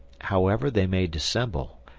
however they may dissemble,